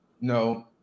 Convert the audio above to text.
no